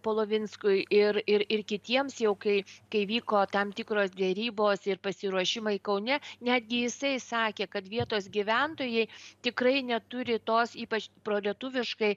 polovinskui ir ir ir kitiems jau kai kai vyko tam tikros derybos ir pasiruošimai kaune netgi jisai sakė kad vietos gyventojai tikrai neturi tos ypač prolietuviškai